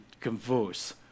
converse